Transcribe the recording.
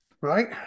Right